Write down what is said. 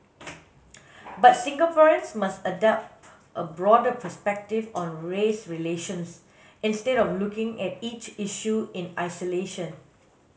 but Singaporeans must adopt a broader perspective on race relations instead of looking at each issue in isolation